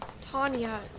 Tanya